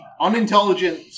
unintelligent